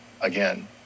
again